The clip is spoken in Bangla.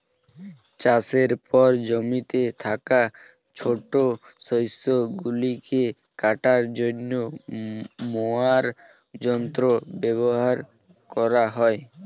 চাষের পর জমিতে থাকা ছোট শস্য গুলিকে কাটার জন্য মোয়ার যন্ত্র ব্যবহার করা হয়